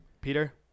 Peter